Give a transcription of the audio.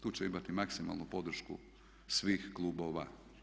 Tu će imati maksimalnu podršku svih klubova.